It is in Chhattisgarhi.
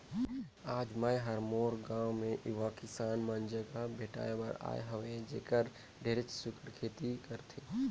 आज मैं हर मोर गांव मे यूवा किसान मन जघा भेंटाय बर आये हंव जेहर ढेरेच सुग्घर खेती करथे